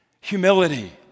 humility